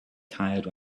tired